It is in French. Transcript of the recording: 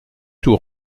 tout